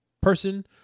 person